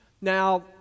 Now